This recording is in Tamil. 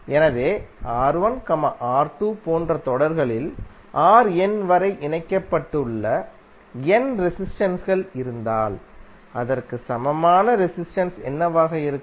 எனவேR1R2போன்ற தொடர்களில் Rn வரை இணைக்கப்பட்டுள்ள n ரெசிஸ்டென்ஸ்கள்இருந்தால் அதற்கு சமமான ரெசிஸ்டென்ஸ் என்னவாக இருக்கும்